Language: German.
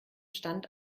stand